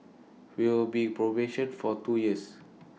will be probation for two years